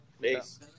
Thanks